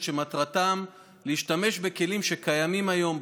שמטרתם להשתמש בכלים שקיימים היום בשב"כ,